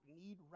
need